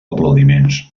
aplaudiments